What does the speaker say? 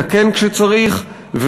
לתקן כשצריך,